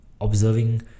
observing